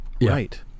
Right